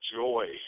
joy